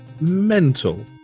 mental